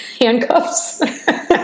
handcuffs